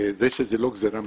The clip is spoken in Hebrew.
זה שזה לא גזרה משמים.